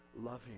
loving